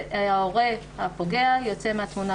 שההורה הפוגע יוצא מן התמונה,